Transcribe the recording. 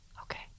okay